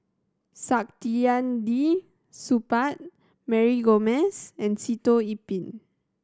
Saktiandi Supaat Mary Gomes and Sitoh Yih Pin